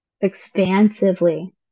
Expansively